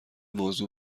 موضوع